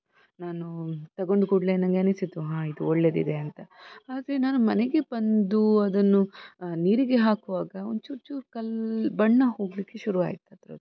ನಾನು ತಗೊಂಡು ಕೂಡಲೇ ನನಗೆ ಅನಿಸಿತು ಹಾಂ ಇದು ಒಳ್ಳೆಯದಿದೆ ಅಂತ ಆದರೆ ನಾನು ಮನೆಗೆ ಬಂದು ಅದನ್ನು ನೀರಿಗೆ ಹಾಕುವಾಗ ಒಂದು ಚೂರು ಚೂರು ಕಲ್ಲು ಬಣ್ಣ ಹೋಗಲಿಕ್ಕೆ ಶುರುವಾಯ್ತದರದ್ದು